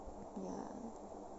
ya